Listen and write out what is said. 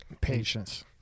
patience